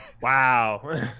Wow